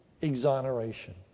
exoneration